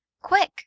QUICK